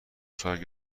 ساعت